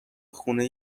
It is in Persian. خونه